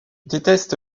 déteste